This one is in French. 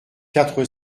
quatre